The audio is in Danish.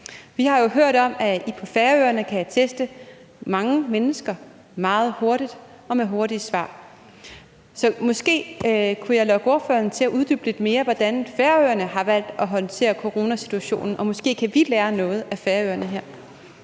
Vi har jo hørt om, at I på Færøerne kan teste mange mennesker meget hurtigt og med hurtige svar. Så måske kunne jeg lokke ordføreren til at uddybe lidt mere, hvordan Færøerne har valgt at håndtere coronasituationen, og måske kan vi lære noget af Færøerne her.